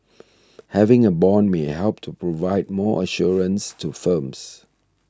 having a bond may help to provide more assurance to firms